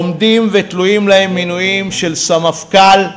עומדים ותלויים להם מינויים של סמפכ"ל,